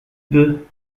peu